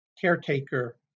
caretaker